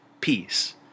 peace